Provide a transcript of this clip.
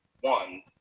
one